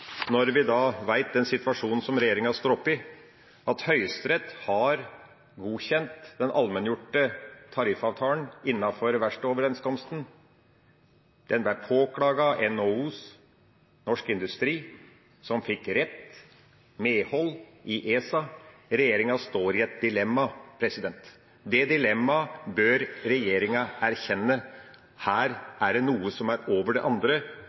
når vi kjenner den situasjonen som regjeringa står oppe i, at Høyesterett har godkjent den allmenngjorte tariffavtalen innenfor verftsoverenskomsten. Den ble påklaget av NHOs Norsk Industri, som fikk rett – medhold – i ESA. Regjeringa står i et dilemma. Det dilemmaet bør regjeringa erkjenne. Her er det noe som står over det andre,